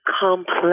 complex